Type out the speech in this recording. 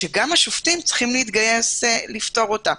שגם השופטים צריכים להתגייס לפתור אותה.